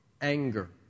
anger